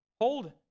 hold